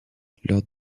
lors